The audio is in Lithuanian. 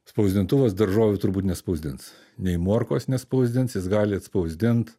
spausdintuvas daržovių turbūt nespausdins nei morkos nespausdins jis gali atspausdint